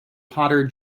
potter